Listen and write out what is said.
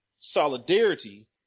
solidarity